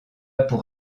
pour